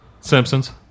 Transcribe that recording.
Simpsons